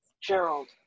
Gerald